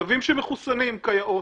כלבים שמחוסנים כיאות,